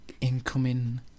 Incoming